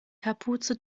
kapuze